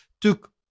took